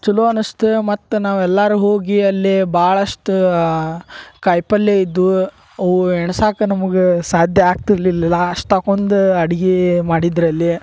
ಛಲೋ ಅನಿಸ್ತು ಮತ್ತೆ ನಾವೆಲ್ಲಾರೂ ಹೋಗಿ ಅಲ್ಲಿ ಭಾಳಷ್ಟ ಕಾಯಿ ಪಲ್ಲೆ ಇದ್ವು ಅವು ಎಣ್ಸಾಕ ನಮಗೆ ಸಾಧ್ಯ ಆಗ್ತಿರಲಿಲ್ಲ ಅಷ್ಟ ಹಾಕೊಂದ ಅಡ್ಗಿ ಮಾಡಿದರಲ್ಲಿ